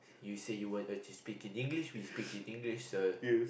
you say you want us to speak in English we speak in English so